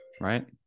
right